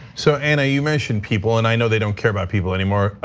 so ana, you mentioned people, and i know they don't care about people anymore,